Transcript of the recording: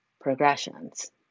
progressions